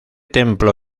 templo